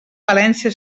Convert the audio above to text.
valència